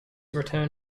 return